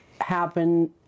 happen